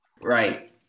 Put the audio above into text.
right